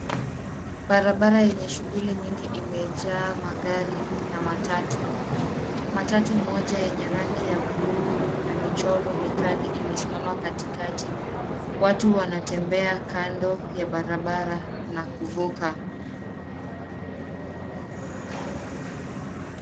A busy road is full of people and buses. One bus that is blue (CS) and has drawings is stopped in the middle. People are walking by the roadside and crossing.